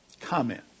Comment